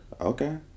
Okay